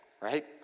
right